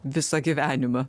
visą gyvenimą